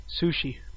sushi